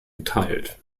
geteilt